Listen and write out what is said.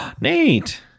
Nate